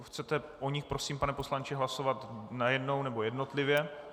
Chcete o nich, prosím, pane poslanče, hlasovat najednou, nebo jednotlivě?